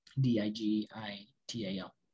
d-i-g-i-t-a-l